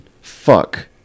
fuck